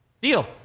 Deal